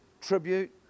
tribute